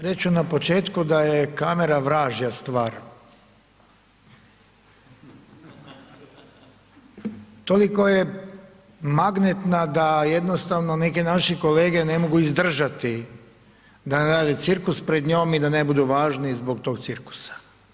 Reći ću na početku da je kamera vražja stvar, toliko je magnetna da jednostavno neki naši kolege ne mogu izdržati da ne rade cirkus pred njom i da ne budu važni zbog tog cirkusa.